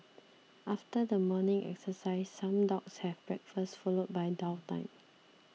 after the morning exercise some dogs have breakfast followed by downtime